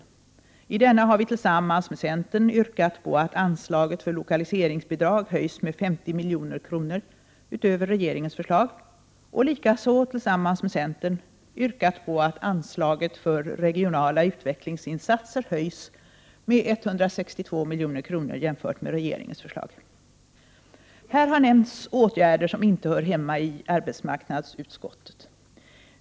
Miljöpartiet har tillsammans med centern yrkat på att anslaget för lokaliseringsbidrag höjs med 50 milj.kr. utöver regeringens förslag och har likaså tillsammans med centern yrkat på att anslaget för regionala utvecklingsinsatser höjs med 162 milj.kr. jämfört med regeringens förslag. Här har nämnts åtgärder som inte hör hemma i arbetsmarknadsutskottet.